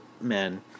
men